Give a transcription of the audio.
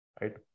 right